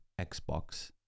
Xbox